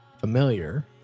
familiar